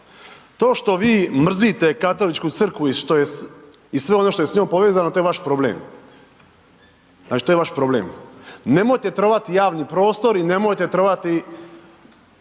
to što vi mrzite Katoličku crkvu i sve ono što je s njom povezano to je vaš problem, znači to je vaš problem. Nemojte trovat javni prostro i nemojte trovati